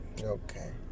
Okay